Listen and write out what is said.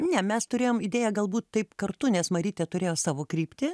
ne mes turėjom idėją galbūt taip kartu nes marytė turėjo savo kryptį